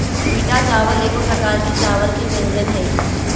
पीटा चावल एगो प्रकार के चावल के व्यंजन हइ